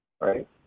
right